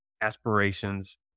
aspirations